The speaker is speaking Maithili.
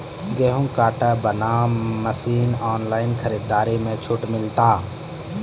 गेहूँ काटे बना मसीन ऑनलाइन खरीदारी मे छूट मिलता?